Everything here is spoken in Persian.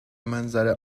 منظر